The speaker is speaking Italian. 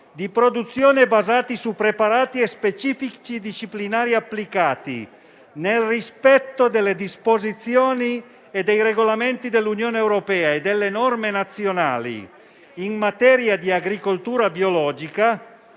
di produzione basati su preparati e specifici disciplinari applicati nel rispetto delle disposizioni dei regolamenti dell'Unione europea e delle norme nazionali in materia di agricoltura biologica